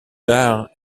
tard